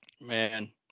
Man